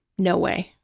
no way.